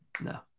No